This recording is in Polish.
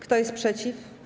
Kto jest przeciw?